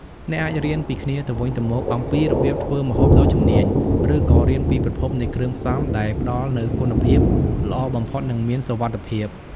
អ្នកអាចរៀនពីគ្នាទៅវិញទៅមកអំពីរបៀបធ្វើម្ហូបដ៏ជំនាញ ឬក៏រៀនពីប្រភពនៃគ្រឿងផ្សំដែលផ្តល់នូវគុណភាពល្អបំផុតនិងមានសុវត្ថិភាព។